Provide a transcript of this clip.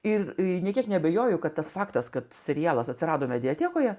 ir nė kiek neabejoju kad tas faktas kad serialas atsirado mediatekoje